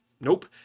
nope